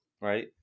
right